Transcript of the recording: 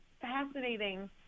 fascinating